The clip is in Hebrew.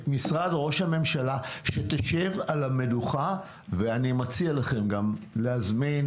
את משרד ראש הממשלה שלשב על המדוכה ואני מציע לכם גם להזמין